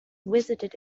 visited